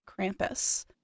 Krampus